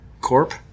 Corp